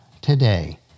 today